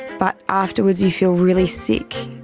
but afterwards you feel really sick,